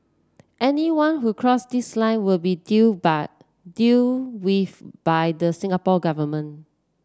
anyone who cross this line will be dealt dealt with by the Singapore Government